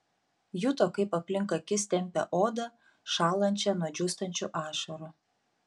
juto kaip aplink akis tempia odą šąlančią nuo džiūstančių ašarų